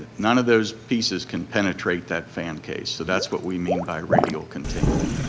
none of those pieces can penetrate that fan case, so that's what we mean by radial containment.